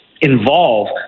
involved